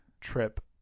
trip